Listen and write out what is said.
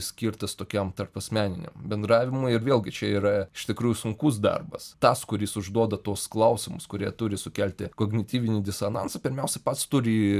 skirtas tokiam tarpasmeniniam bendravimui ir vėlgi čia yra iš tikrųjų sunkus darbas tas kuris užduoda tuos klausimus kurie turi sukelti kognityvinį disonansą pirmiausia pats turi